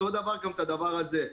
כך גם הדבר הזה.